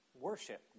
Worship